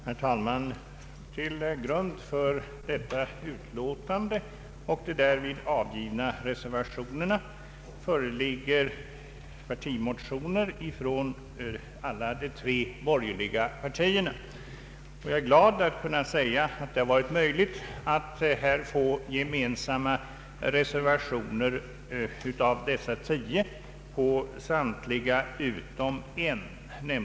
Herr talman! Till grund för detta utlåtande och de avgivna reservationerna ligger partimotioner från alla de tre borgerliga partierna. Jag är glad att kunna säga att det har varit möjligt att få gemensamma reservationer på många av de tio punkterna.